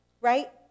right